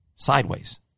Sideways